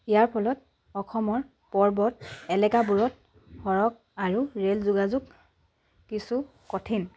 ইয়াৰ ফলত অসমৰ পৰ্বত এলেকাবোৰত সৰগ আৰু ৰে'ল যোগাযোগ কিছু কঠিন